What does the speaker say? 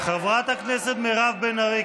חברת הכנסת מירב בן ארי,